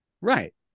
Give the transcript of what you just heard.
Right